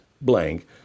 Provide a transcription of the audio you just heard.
blank